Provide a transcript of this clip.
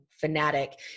fanatic